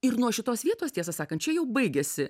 ir nuo šitos vietos tiesą sakant čia jau baigiasi